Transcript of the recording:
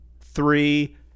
three